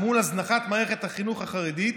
מול הזנחת מערכת החינוך החרדית,